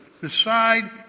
decide